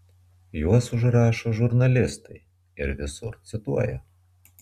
juos užrašo žurnalistai ir visur cituoja